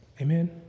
Amen